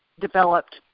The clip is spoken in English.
developed